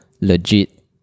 legit